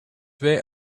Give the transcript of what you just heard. wij